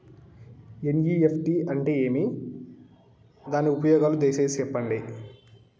NEFT అంటే ఏమి? దాని ఉపయోగాలు దయసేసి సెప్పండి?